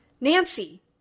Nancy